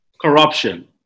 Corruption